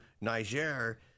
Niger